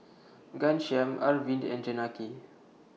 Ghanshyam Arvind and Janaki